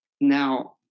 Now